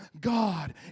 God